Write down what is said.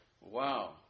Wow